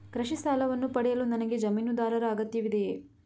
ಕೃಷಿ ಸಾಲವನ್ನು ಪಡೆಯಲು ನನಗೆ ಜಮೀನುದಾರರ ಅಗತ್ಯವಿದೆಯೇ?